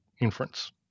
inference